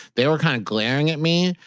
they were kind of glaring at me.